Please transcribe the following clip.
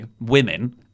women